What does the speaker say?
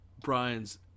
Brian's